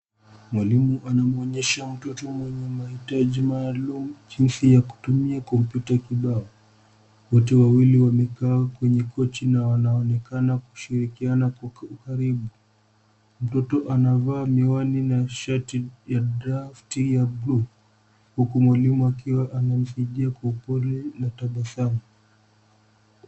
Mwalimu anamuonyesha mtoto mwenye mahitaji maalum jinsi ya kutumia Kompota kibao, wote wawili wamekaa kwenye kochi na wanaonekana kushirikiana kwa karibu. Mtoto anavaa miwani na shati ya [drafti] ya [blue].Huku mwalimu akiwa anamsaidia kwa upole na tabasamu.